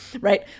right